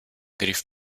griff